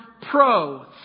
pro